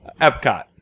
Epcot